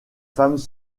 femmes